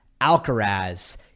Alcaraz